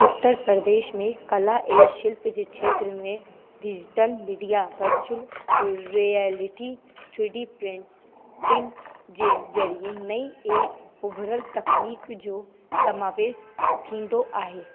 उत्तर प्रदेश में कला ऐं शिल्प जे क्षेत्र में digital media virtual reality three D printing जे ज़रिए नई ऐ उभरल तकनीक जो समावेश थींदो आहे